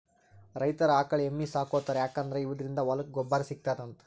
ರೈತರ್ ಆಕಳ್ ಎಮ್ಮಿ ಸಾಕೋತಾರ್ ಯಾಕಂದ್ರ ಇವದ್ರಿನ್ದ ಹೊಲಕ್ಕ್ ಗೊಬ್ಬರ್ ಸಿಗ್ತದಂತ್